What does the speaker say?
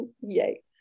yay